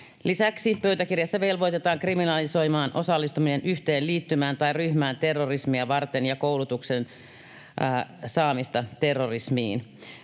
Lisäksi pöytäkirjassa velvoitetaan kriminalisoimaan osallistuminen yhteenliittymään tai ryhmään terrorismia varten ja koulutuksen saaminen terrorismiin.